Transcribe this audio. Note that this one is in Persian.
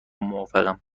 موافقم